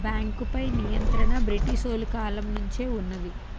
బేంకుపై నియంత్రణ బ్రిటీసోలు కాలం నుంచే వున్నది